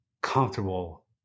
comfortable